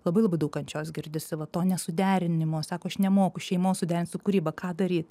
labai labai daug kančios girdisi va to nesuderinimo sako aš nemoku šeimos suderint su kūryba ką daryt